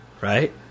right